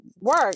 work